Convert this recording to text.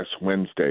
Wednesday